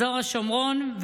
אזור השומרון,